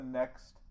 next